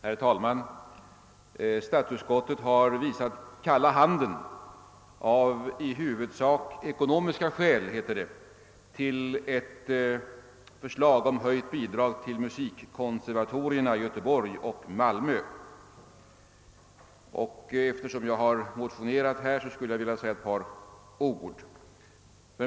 Herr talman! Statsutskottet har visat kalla handen av i huvudsak ekonomiska skäl, som det heter, till ett förslag om höjt bidrag till musikkonservatorierna i Göteborg och Malmö. Eftersom jag har motionerat i denna fråga, skulle jag vilja säga ett par ord.